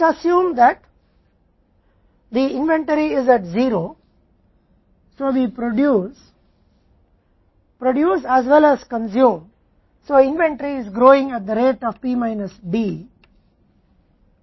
मान लेते हैं कि इन्वेंट्री 0 पर है इसलिए हम उत्पादन करते हैं साथ ही उपभोग करते हैं इसलिए इन्वेंट्री P माइनस D की दर से बढ़ रही है